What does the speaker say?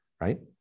right